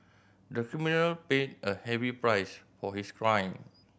the criminal paid a heavy price for his crime